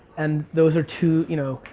and those are two, you know,